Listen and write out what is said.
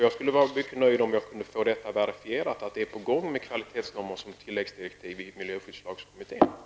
Jag skulle bli mycket nöjd om jag kunde få verifierat att det är på gång med kvalitetsnormer som tilläggsdirektiv i miljöskyddslagkommitteen.